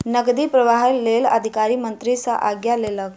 नकदी प्रवाहक लेल अधिकारी मंत्री सॅ आज्ञा लेलक